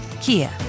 Kia